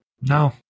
No